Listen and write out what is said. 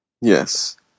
yes